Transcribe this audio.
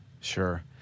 Sure